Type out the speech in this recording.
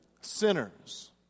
sinners